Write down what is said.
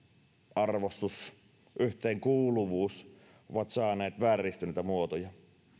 arvostus ja yhteenkuuluvuus ovat saaneet vääristyneitä muotoja